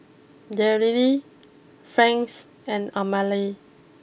Daryle Franz and Amalie